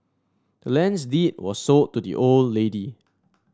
the land's deed was sold to the old lady